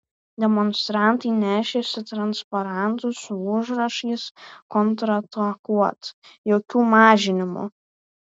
demonstrantai nešėsi transparantus su užrašais kontratakuot jokių mažinimų